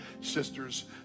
sisters